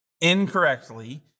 incorrectly